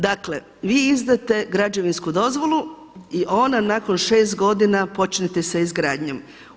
Dakle, vi izdate građevinsku dozvolu i ona nakon 6 godina počnete sa izgradnjom.